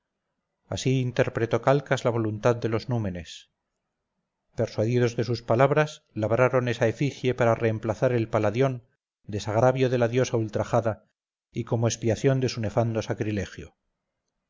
así interpretó calcas la voluntad de los númenes persuadidos de sus palabras labraron esa efigie para reemplazar el paladión desagravio de la diosa ultrajada y como expiación de su nefando sacrilegio